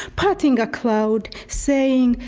parting a cloud, saying,